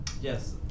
Yes